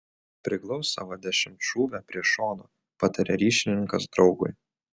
priglausk savo dešimtšūvę prie šono pataria ryšininkas draugui